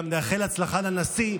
גם נאחל הצלחה לנשיא,